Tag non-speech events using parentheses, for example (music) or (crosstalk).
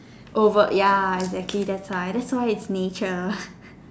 over ya exactly that's why that's why it's nature (breath)